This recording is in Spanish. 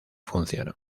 funcionó